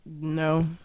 No